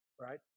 right